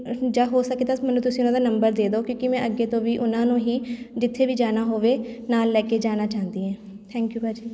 ਜਾਂ ਹੋ ਸਕੇ ਤਾਂ ਮੈਨੂੰ ਤੁਸੀਂ ਉਹਨਾਂ ਦਾ ਨੰਬਰ ਦੇ ਦਿਉ ਕਿਉਂਕਿ ਮੈਂ ਅੱਗੇ ਤੋਂ ਵੀ ਉਹਨਾਂ ਨੂੰ ਹੀ ਜਿੱਥੇ ਵੀ ਜਾਣਾ ਹੋਵੇ ਨਾਲ ਲੈ ਕੇ ਜਾਣਾ ਚਾਹੁੰਦੀ ਹਾਂ ਥੈਂਕ ਯੂ ਭਾਅ ਜੀ